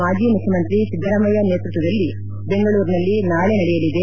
ಮಾಜಿ ಮುಖ್ಚಮಂತ್ರಿ ಸಿದ್ದರಾಮಯ್ಯ ನೇತೃತ್ವದಲ್ಲಿ ಬೆಂಗಳೂರಿನಲ್ಲಿ ನಾಳೆ ನಡೆಯಲಿದೆ